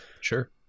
Sure